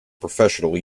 professional